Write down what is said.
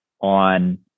on